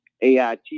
AIT